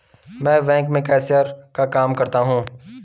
मैं बैंक में कैशियर का काम करता हूं